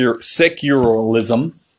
secularism